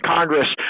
Congress